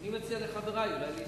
אני מציע לחברי להסתפק.